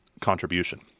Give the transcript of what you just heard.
contribution